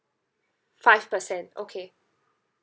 five percent okay